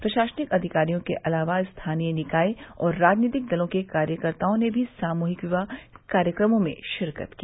प्रशासनिक अधिकारियों के अलावा स्थानीय निकाय और राजनीतिक दलों के कार्यकर्ताओं ने भी सामूहिक विवाह कार्यक्रमों में शिरकत की